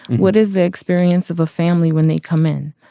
what is the experience of a family when they come in?